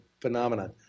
phenomenon